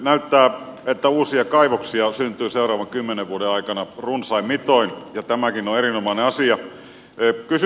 näyttää että uusia kaivoksia syntyy seuraavan kymmenen vuoden aikana runsain mitoin ja tämäkin on erinomainen asia